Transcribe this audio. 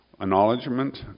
Acknowledgement